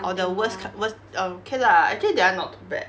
or the worst co~ worst uh okay lah actually that [one] not too bad